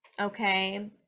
okay